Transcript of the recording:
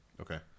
Okay